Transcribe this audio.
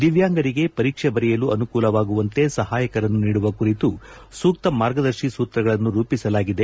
ದಿವ್ಕಾಂಗರಿಗೆ ಪರೀಕ್ಷೆ ಬರೆಯಲು ಅನುಕೂಲವಾಗುವಂತೆ ಸಹಾಯಕರನ್ನು ನೀಡುವ ಕುರಿತು ಸೂಕ್ತ ಮಾರ್ಗದರ್ಶಿ ಸೂತ್ರಗಳನ್ನು ರೂಪಿಸಲಾಗಿದೆ